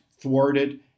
thwarted